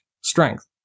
strength